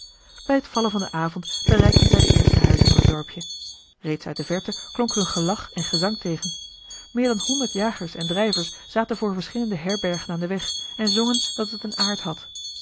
bij het vallen van den avond bereikten zij de eerste huizen van het dorpje reeds uit de verte klonk hun gelach en gezang tegen meer dan honderd jagers en drijvers zaten voor verschillende herbergen aan den weg en zongen dat het een aard had